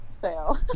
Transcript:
fail